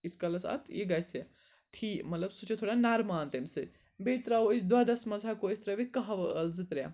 یِیٖتِس کالَس اَتھ یہِ گژھہِ ٹھیٖک مطلب سُہ چھُ تھوڑا نَرمان تَمہِ سۭتۍ بیٚیہِ ترٛاوٗو أسۍ دۄدھَس منٛز ہیٚکو أسۍ ترٲوِتھ قٔہوٕ ٲلہٕ زٕ ترٛےٚ